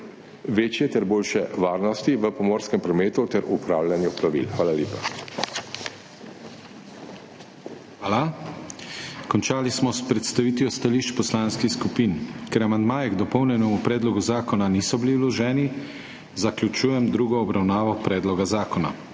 večje ter boljše varnosti v pomorskem prometu ter upravljanja plovil. Hvala. PODPREDSEDNIK DANIJEL KRIVEC: Hvala. Končali smo s predstavitvijo stališč poslanskih skupin. Ker amandmaji k dopolnjenemu predlogu zakona niso bili vloženi, zaključujem drugo obravnavo predloga zakona.